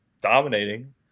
dominating –